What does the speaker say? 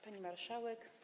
Pani Marszałek!